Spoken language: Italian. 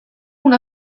una